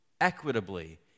equitably